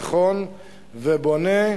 נכון ובונה,